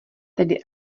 tedy